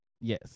yes